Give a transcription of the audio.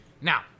Now